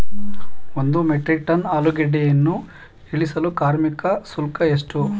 ಒಂದು metric ton ಆಲೂಗೆಡ್ಡೆಯನ್ನು ಇಳಿಸಲು ಕಾರ್ಮಿಕ ಶುಲ್ಕ ಎಷ್ಟು?